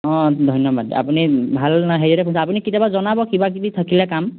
অঁ ধন্যবাদ আপুনি ভাল হেৰিয়াতে কৰিছে আপুনি কেতিয়াবা জনাব কিবা কিবি থাকিলে কাম